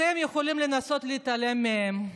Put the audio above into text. אתם יכולים לנסות להתעלם מהם,